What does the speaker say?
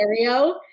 scenario